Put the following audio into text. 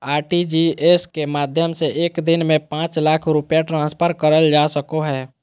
RTGS के माध्यम से एक दिन में पांच लाख रुपया ट्रांसफर करल जा सको हय